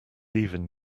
even